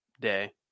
Day